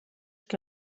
que